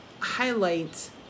highlight